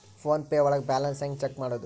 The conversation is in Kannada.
ಫೋನ್ ಪೇ ಒಳಗ ಬ್ಯಾಲೆನ್ಸ್ ಹೆಂಗ್ ಚೆಕ್ ಮಾಡುವುದು?